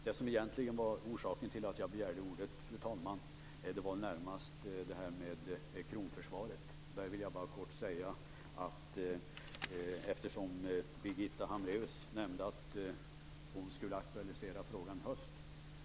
Det som egentligen var orsaken till att jag begärde ordet var närmast detta med kronförsvaret. Birgitta Hambraeus sade att hon skulle aktualisera den frågan i höst.